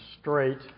straight